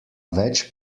več